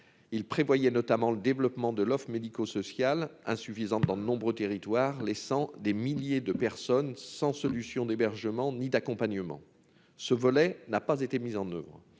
il prévoyait notamment le développement de l'offre médico-sociale insuffisante dans de nombreux territoires, laissant des milliers de personnes sans solution d'hébergement ni d'accompagnement, ce volet n'a pas été mise en oeuvre